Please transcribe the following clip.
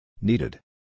Needed